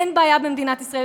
אין בעיה במדינת ישראל,